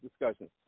discussions